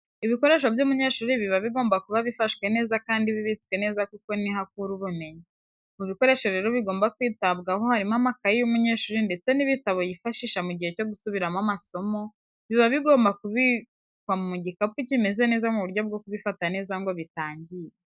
Ibikoresho by'umunyeshuri biba bigomba kuba bufashwe neza kandi bibitswe neza kuko niho akura ubumenyi. Mu bikoresho rero bigomba kwitabwaho harimo amakaye y'umunyeshuri ndetse n'ibitabo yifashisha mu gihe cyo gusubiramo amasomo, biba bigomba kubikwa mu gikapu kimeze neza mu buryo bwo kubifata neza ngo bitangirika.